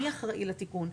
מי אחראי לתיקון,